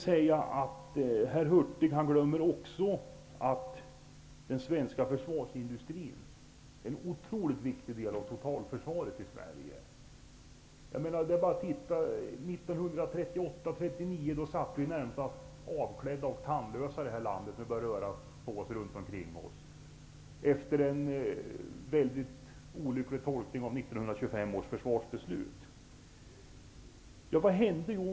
Herr Hurtig glömmer även att den svenska försvarsindustrin är en otroligt viktig del i totalförsvaret av Sverige. Efter en mycket olycklig tolkning av 1925 års försvarsbeslut befann vi oss åren 1938 och 1939 nästintill avklädda och tandlösa i det här landet, när det började bli oroligt runt omkring oss. Vad hände då?